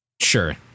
Sure